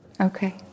okay